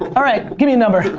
alright give me a number.